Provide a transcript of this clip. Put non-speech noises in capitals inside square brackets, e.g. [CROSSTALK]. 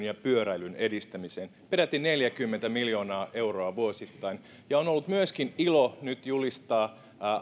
[UNINTELLIGIBLE] ja pyöräilyn edistämiseen peräti neljäkymmentä miljoonaa euroa vuosittain on on ollut myöskin ilo nyt julistaa